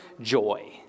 joy